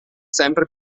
sempre